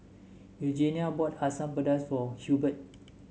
Eugenia bought Asam Pedas for Hurbert